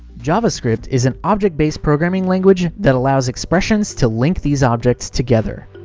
javascript is an object-based programming language that allows expressions to link these objects together.